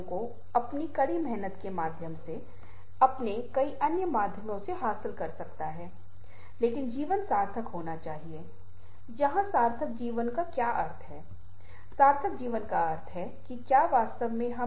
तो यह अपने आप में यह बताने के लिए पर्याप्त शक्तिशाली नहीं होगा यह केवल उन छवियों के साथ है जो हमने पहले देखा था यह एक विशिष्ट तरीके से व्यक्त करने में सक्षम है